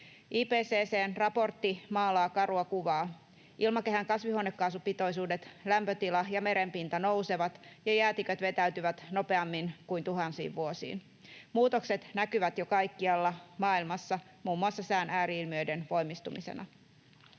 IPCC:n raportti maalaa karua kuvaa. Ilmakehän kasvihuonekaasupitoisuudet, lämpötila ja merenpinta nousevat ja jäätiköt vetäytyvät nopeammin kuin tuhansiin vuosiin. Muutokset näkyvät jo kaikkialla maailmassa muun muassa sään ääri-ilmiöiden voimistumisena.